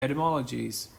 etymologies